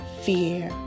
fear